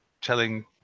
telling